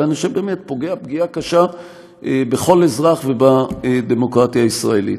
אלא אני חושב שבאמת פוגע פגיעה קשה בכל אזרח ובדמוקרטיה הישראלית.